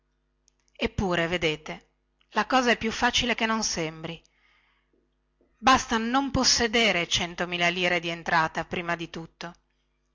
eppure vedete la cosa è più facile che non sembri basta non possedere centomila lire di entrata prima di tutto